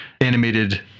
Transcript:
animated